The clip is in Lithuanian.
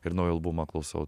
ir naują albumą klausau